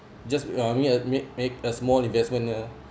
just uh make a make make a small investment uh